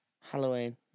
Halloween